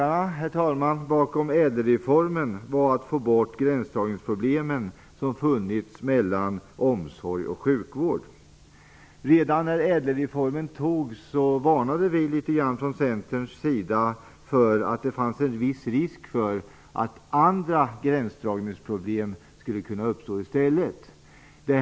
reformen var att få bort de gränsdragningsproblem som funnits mellan omsorg och sjukvård. Redan när ÄDEL-reformen beslutades varnade vi från Centerns sida för att det fanns en viss risk för att andra gränsdragningsproblem skulle uppstå i stället.